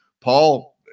Paul